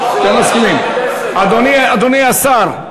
אדוני השר,